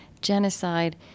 genocide